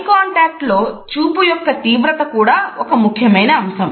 I contact లో చూపు యొక్క తీవ్రత కూడా ఒక ముఖ్యమైన అంశం